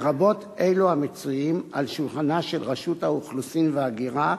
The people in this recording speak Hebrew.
לרבות אלה המצויים על שולחנה של רשות האוכלוסין וההגירה,